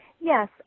Yes